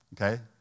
Okay